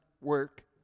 work